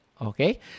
Okay